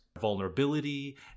vulnerability